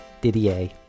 Didier